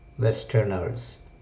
Westerners